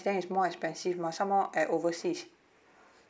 then is more expensive mah some more at overseas